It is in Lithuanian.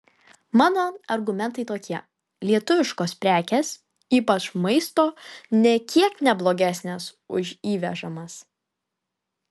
mano argumentai tokie lietuviškos prekės ypač maisto nė kiek ne blogesnės už įvežamas